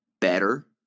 better